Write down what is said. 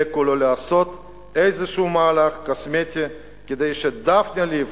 אלא כולה לעשות איזשהו מהלך קוסמטי כדי שדפני ליף